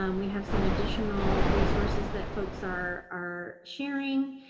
um we have some additional resources that folks are are sharing.